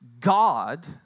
God